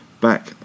back